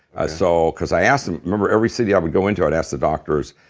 i saw because i asked them. remember every city i would go into i'd ask the doctors,